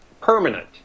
permanent